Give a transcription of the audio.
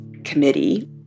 committee